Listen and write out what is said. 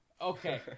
Okay